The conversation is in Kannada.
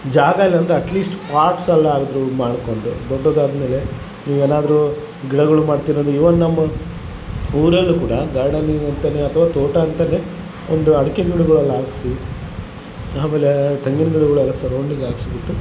ಜಾಗ ಇದು ಅಂದರೆ ಅಟ್ಲೀಸ್ಟ್ ಪಾರ್ಟ್ಸ್ಲ್ಲಾದ್ರು ಮಾಡಿಕೊಂಡು ದೊಡ್ದುದಾದಮೇಲೆ ನಿವೇನಾದರು ಗಿಡಗಳು ಮಾಡ್ತಿರೋದು ಇವನ್ ನಮ್ಮ ಊರಲ್ಲೂ ಕೂಡ ಗಾರ್ಡನಿಗೆ ಅಂತಾ ಅಥವ ತೋಟ ಅಂತಾ ಒಂದು ಅಡಿಕೆ ಗಿಡಗಳೆಲ್ಲ ಹಾಕ್ಸಿ ಆಮೇಲೇ ತೆಂಗಿನ ಗಿಡಗಳೆಲ್ಲ ಸರೌಂಡಿಂಗ್ ಹಾಕ್ಸಿಬಿಟ್ಟು